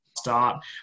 start